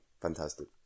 Fantastic